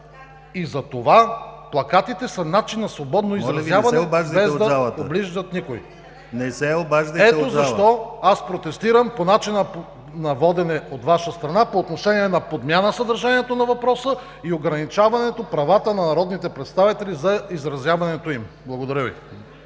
Плакатите са начин на свободно изразяване, без да обиждат никого. Ето защо аз протестирам по начина на водене от Ваша страна – по отношение на подмяна съдържанието на въпроса и ограничаване правата на народните представители за изразяването им. Благодаря Ви.